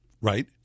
Right